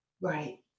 Right